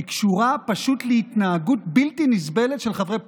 היא קשורה פשוט להתנהגות בלתי נסבלת של חברי פרלמנט,